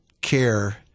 care